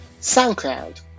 SoundCloud